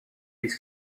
les